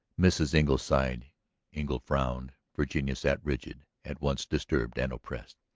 mrs. engle sighed engle frowned virginia sat rigid, at once disturbed and oppressed.